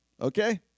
okay